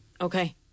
Okay